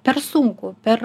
per sunku per